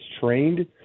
trained